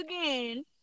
again